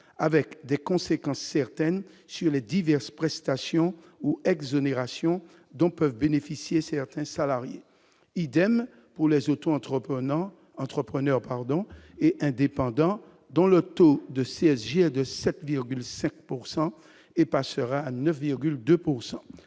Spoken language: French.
avec des conséquences certaines sur les diverses prestations ou exonération dont peuvent bénéficier certains salariés, idem pour les autos entreprenant entrepreneur pardon et indépendant dont le taux de CSG de 7,7 pourcent et et passera à 9,2